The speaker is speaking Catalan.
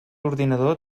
ordinador